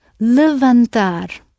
Levantar